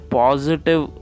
positive